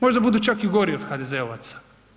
Možda budu čak i gori od HDZ-ovaca.